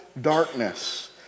darkness